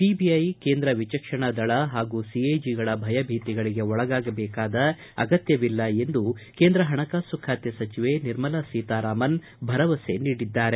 CBI ಕೇಂದ್ರ ವಿಚಕ್ಷಣಾ ದಳ ಪಾಗೂ ಸಿಎಜಿಗಳ ಭಯಭೀತಿಗಳಿಗೆ ಒಳಗಾಗಬೇಕಾದ ಅಗತ್ಯವಿಲ್ಲ ಎಂದು ಕೇಂದ್ರ ಹಣಕಾಸು ಖಾತೆ ಸಚಿವೆ ನಿರ್ಮಲಾ ಸೀತಾರಾಮನ್ ಭರವಸೆ ನೀಡಿದ್ದಾರೆ